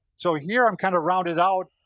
so here i'm kind of rounded out,